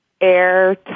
air